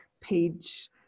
page